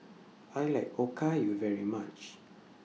I like Okayu very much